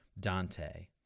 Dante